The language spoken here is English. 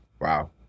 Wow